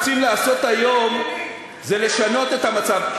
כי מה שאנחנו רוצים לעשות היום זה לשנות את המצב.